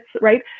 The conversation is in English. right